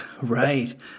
right